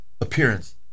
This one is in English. appearance